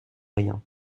rien